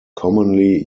commonly